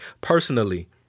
personally